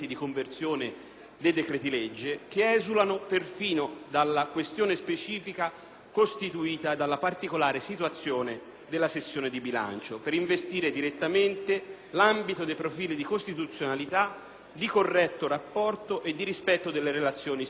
dei decreti-legge, che esulano perfino dalla questione specifica costituita dalla particolare situazione della sessione di bilancio, per investire direttamente l’ambito dei profili di costituzionalita, di corretto rapporto e di rispetto delle relazioni istituzionali.